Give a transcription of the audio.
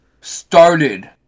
started